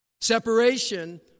Separation